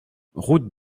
route